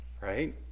right